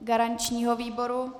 Garančního výboru?